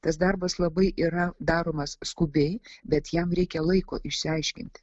tas darbas labai yra daromas skubiai bet jam reikia laiko išsiaiškinti